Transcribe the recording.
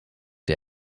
der